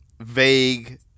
vague